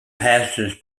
passes